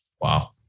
Wow